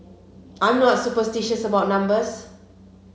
I'm not superstitious about numbers